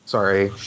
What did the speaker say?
Sorry